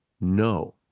No